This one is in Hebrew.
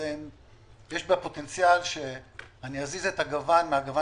יש פוטנציאל שאני אזיז את הגוון מהגוון